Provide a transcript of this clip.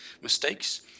mistakes